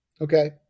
Okay